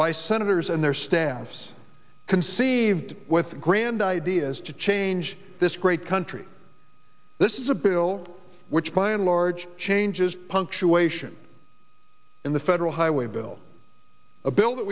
by senators and their staffs conceived with grand ideas to change this great country this is a bill which by and large changes punctuation in the federal highway bill a bill that